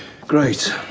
Great